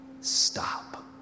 Stop